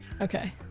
okay